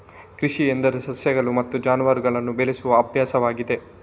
ಕೃಷಿ ಎಂದರೆ ಸಸ್ಯಗಳು ಮತ್ತು ಜಾನುವಾರುಗಳನ್ನು ಬೆಳೆಸುವ ಅಭ್ಯಾಸವಾಗಿದೆ